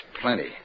plenty